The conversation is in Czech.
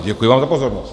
Děkuji vám za pozornost.